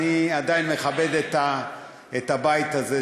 אני עדיין מכבד את הבית הזה,